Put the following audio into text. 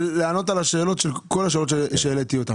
ולענות על כל השאלות שהעליתי.